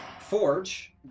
forge